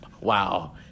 Wow